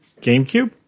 GameCube